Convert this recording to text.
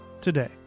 today